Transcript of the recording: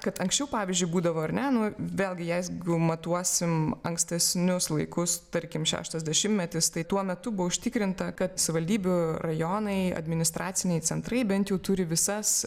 kad anksčiau pavyzdžiui būdavo ar ne nu vėlgi jeigu matuosim ankstesnius laikus tarkim šeštas dešimtmetis tai tuo metu buvo užtikrinta kad savivaldybių rajonai administraciniai centrai bent jau turi visas